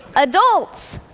adults.